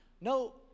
No